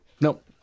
nope